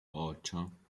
ocho